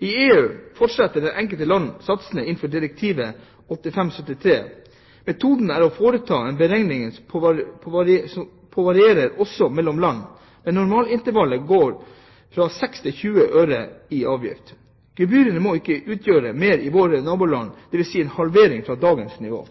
I EU fastsetter det enkelte land satsene innenfor direktiv 85/73/CEE. Metoden å foreta en beregning på varierer også mellom land, men normalintervallet går fra 6 til 20 øre pr. kg i avgift. Gebyrene må ikke utgjøre mer enn i våre naboland, dvs. halvparten av dagens nivå.